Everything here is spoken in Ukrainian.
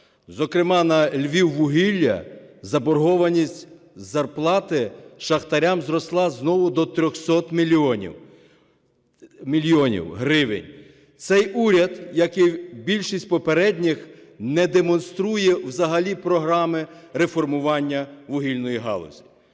зокрема на "Львіввугіллі" заборгованість зарплати шахтарям зросла знову до 300 мільйонів гривень. Цей уряд, як і більшість попередніх, не демонструє взагалі програми реформування вугільної галузі.